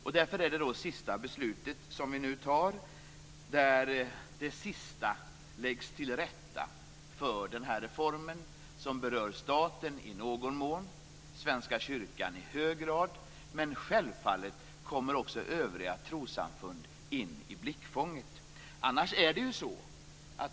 Vi tar nu ett beslut där det sista läggs till rätta för den här reformen, som berör staten i någon mån och Svenska kyrkan i hög grad. Självfallet kommer också övriga trossamfund in i blickfånget.